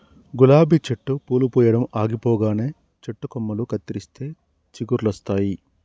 గులాబీ చెట్టు పూలు పూయడం ఆగిపోగానే చెట్టు కొమ్మలు కత్తిరిస్తే కొత్త చిగురులొస్తాయి